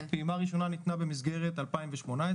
פעימה ראשונה ניתנה במסגרת 2018,